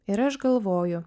ir aš galvoju